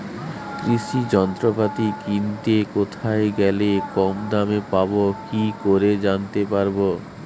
কৃষি যন্ত্রপাতি কিনতে কোথায় গেলে কম দামে পাব কি করে জানতে পারব?